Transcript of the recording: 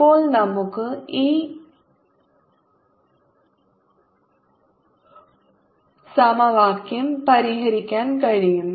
ഇപ്പോൾ നമുക്ക് ഈ സമവാക്യം പരിഹരിക്കാൻ കഴിയും